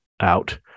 out